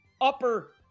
Upper